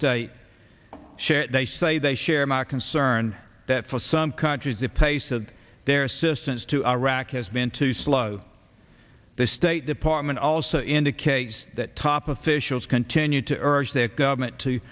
re they say they share my concern that for some countries the taste of their assistance to iraq has been too slow the state department also indicates that top officials continue to urge their government to